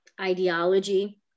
ideology